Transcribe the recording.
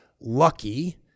lucky